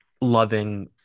loving